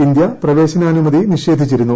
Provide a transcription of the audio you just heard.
India പ്രവേശനാനുമതി നിഷേധിച്ചിരുന്നു